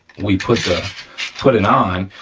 we put ah put it on,